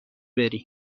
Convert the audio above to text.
برین